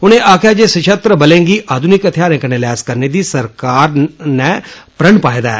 उने आक्खेआ जे सपस्त्र बलें गी आधुनिक हथियारें कन्नै लेस करने दी सरकारै प्रण पाए दा ऐ